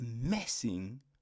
messing